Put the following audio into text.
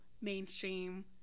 mainstream